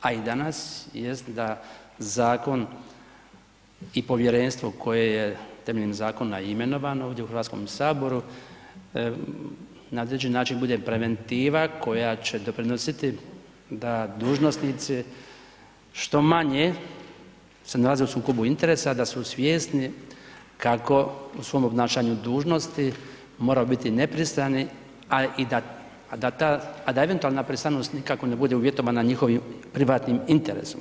a i danas jest da zakon i Povjerenstvo koje je temeljem zakona i imenovano ovdje u Hrvatskom saboru na određeni način bude preventiva koja će doprinositi da dužnosnici što manje se nalaze u sukobu interesa da su svjesni kako u svom obnašanju dužnosti moraju biti nepristrani a da eventualna pristranost nikako ne bude uvjetovana njihovim privatnim interesom.